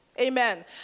Amen